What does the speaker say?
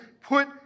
put